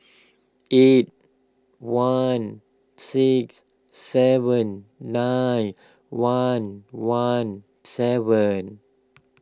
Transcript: eight one six seven nine one one seven